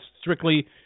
strictly